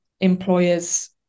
employers